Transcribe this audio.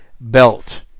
belt